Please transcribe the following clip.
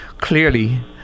clearly